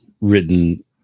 written